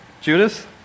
Judas